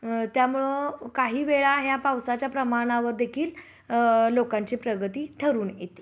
त्यामुळं काही वेळा ह्या पावसाच्या प्रमाणावर देखील लोकांची प्रगती ठरून येते